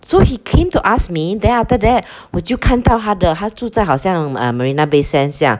so he came to ask me then after that 我就看到他的他住在好像 marina bay sands 这样